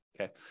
Okay